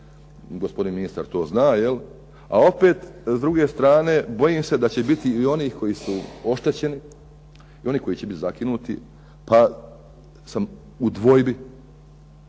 Gospodin ministar to zna. A opet s druge strane bojim se da će biti oštećeni i oni koji će biti zakinuti, pa sam u dvojbi